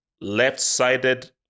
left-sided